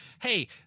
Hey